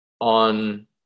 on